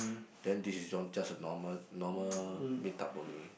then this is just a normal normal meet up only